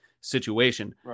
situation